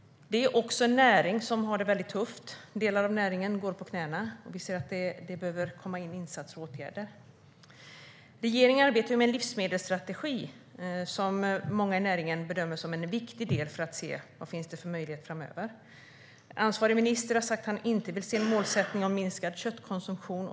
Näringen har det tufft. Delar av näringen går på knäna, och det behöver göras insatser och vidtas åtgärder. Regeringen arbetar med en livsmedelsstrategi, som många i näringen bedömer är viktig för att se på möjligheterna framöver. Ansvarig minister har sagt att han inte vill se ett mål för minskad köttkonsumtion.